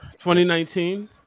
2019